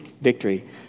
Victory